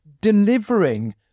delivering